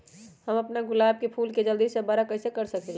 हम अपना गुलाब के फूल के जल्दी से बारा कईसे कर सकिंले?